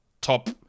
top